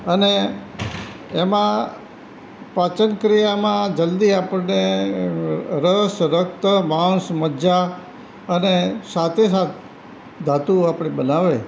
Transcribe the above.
અને એમાં પાચન ક્રિયામાં જલ્દી આપણને રસ રક્ત માંસ મજ્જા અને સાથે સાથે ધાતુ આપણે બનાવે